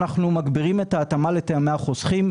אנחנו מגבירים את ההתאמה לטעמי החוסכים,